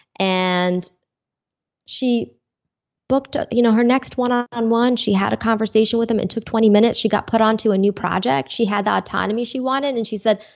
and she booked you know her next one on on one she had a conversation with him. it took twenty minutes. she got put onto a new project. she had the autonomy she wanted and she said,